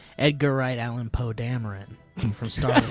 edgar wright allen poe dameron from star